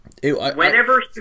Whenever